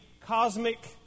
cosmic